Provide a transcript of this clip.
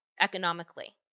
economically